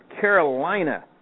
Carolina